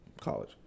college